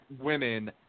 women